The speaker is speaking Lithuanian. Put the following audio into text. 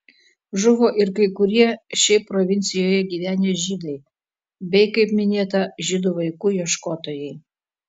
žuvo ir kai kurie šiaip provincijoje gyvenę žydai bei kaip minėta žydų vaikų ieškotojai